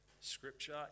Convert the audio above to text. scripture